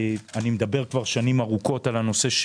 אני מדבר כבר שנים ארוכות על הנושא,